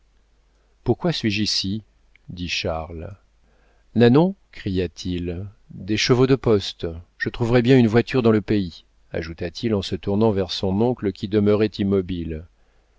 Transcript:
pourquoi suis-je ici dit charles nanon cria-t-il des chevaux de poste je trouverai bien une voiture dans le pays ajouta-t-il en se tournant vers son oncle qui demeurait immobile